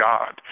God